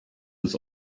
this